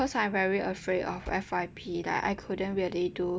cause I'm very afraid of F_Y_P like I couldn't really do